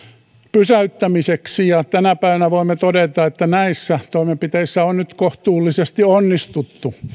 pysäyttämiseksi tänä päivänä voimme todeta että näissä toimenpiteissä on nyt kohtuullisesti onnistuttu